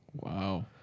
Wow